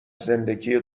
زندگی